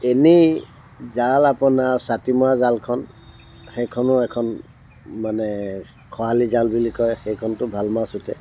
এনেই জাল আপোনাৰ ছাটিমৰা জালখন সেইখনো এখন মানে খৰালি জাল বুলি কয় সেইখনতো ভাল মাছ উঠে